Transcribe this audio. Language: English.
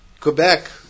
Quebec